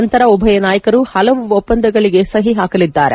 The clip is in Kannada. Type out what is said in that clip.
ನಂತರ ಉಭಯ ನಾಯಕರು ಪಲವು ಒಪ್ಪಂದಗಳಿಗೆ ಸಹಿ ಹಾಕಲಿದ್ದಾರೆ